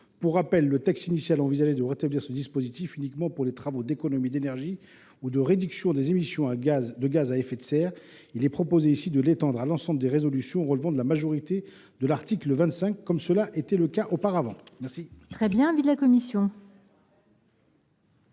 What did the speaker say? situation. Le texte initial envisageait de rétablir ce dispositif uniquement pour les travaux d’économie d’énergie ou de réduction des émissions de gaz à effet de serre. Il est proposé ici de l’étendre à l’ensemble des résolutions relevant de l’article 25 de la loi précitée, comme cela était le cas auparavant.